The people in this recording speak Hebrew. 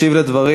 ישיב על הדברים